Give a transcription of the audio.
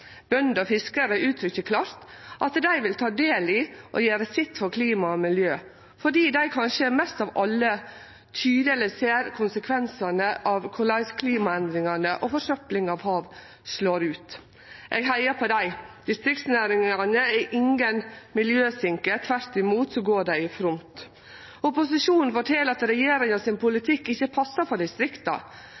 Bønder og fiskarar uttrykkjer klart at dei vil ta del i og gjere sitt for klima og miljø, fordi dei – kanskje mest av alle – tydeleg ser konsekvensane av korleis klimaendringane og forsøplinga av havet slår ut. Eg heiar på dei. Distriktsnæringane er ingen miljøsinker, tvert imot så går dei i front. Opposisjonen fortel at politikken til regjeringa ikkje passar for distrikta.